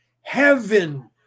Heaven